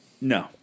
No